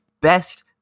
best